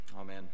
amen